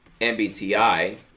MBTI